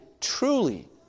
truly